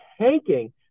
tanking